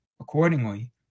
Accordingly